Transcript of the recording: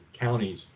counties